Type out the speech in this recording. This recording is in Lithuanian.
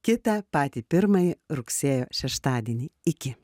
kitą patį pirmąjį rugsėjo šeštadienį iki